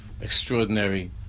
extraordinary